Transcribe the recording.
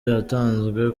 yatanzwe